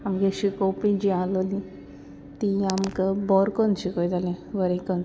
आमगे शिकोवपी जीं आसलोली तीं आमकां बोरीं कोन्न शिकयतालीं बरीं कन्न